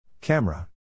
Camera